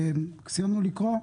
סיימנו לקרוא?